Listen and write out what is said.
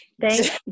Thank